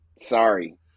sorry